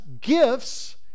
gifts